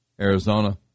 Arizona